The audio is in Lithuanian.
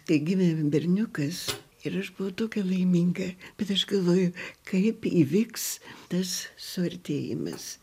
kai gimė berniukas ir aš buvau tokia laiminga bet aš galvoju kaip įvyks tas suartėjimas